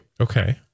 Okay